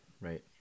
right